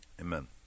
Amen